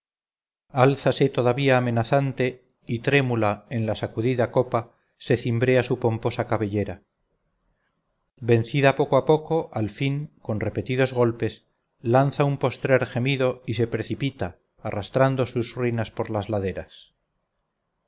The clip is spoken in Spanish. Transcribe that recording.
hachazos álzase todavía amenazante y trémula en la sacudida copa se cimbrea su pomposa cabellera vencida poco a poco al fin con repetidos golpes lanza un postrer gemido y se precipita arrastrando sus ruinas por las laderas